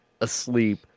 Asleep